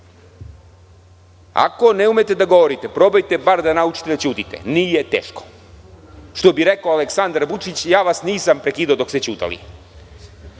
ne umete da govorite, probajte bar da naučite da ćutite, nije teško. Što bi rekao Aleksandar Vučić – ja vas nisam prekidao dok ste ćutali. Ja